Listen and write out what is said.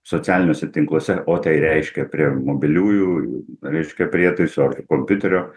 socialiniuose tinkluose o tai reiškia prie mobiliųjų reiškia prietaisų ar tai kompiuterio